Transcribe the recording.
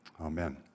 Amen